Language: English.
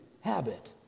habit